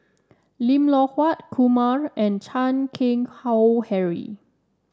Lim Loh Huat Kumar and Chan Keng Howe Harry